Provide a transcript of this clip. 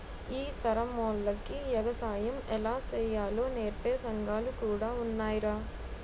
ఈ తరమోల్లకి ఎగసాయం ఎలా సెయ్యాలో నేర్పే సంగాలు కూడా ఉన్నాయ్రా